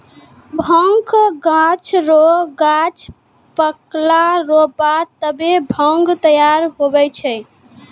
भांगक गाछ रो गांछ पकला रो बाद तबै भांग तैयार हुवै छै